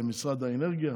למשרד האנרגיה,